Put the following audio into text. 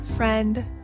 Friend